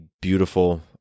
beautiful